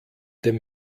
dem